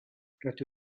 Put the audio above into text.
rydw